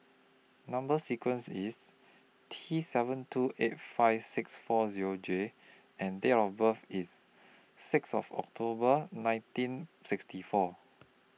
Number sequence IS T seven two eight five six four Zero J and Date of birth IS six of October nineteen sixty four